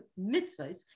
mitzvahs